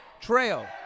trail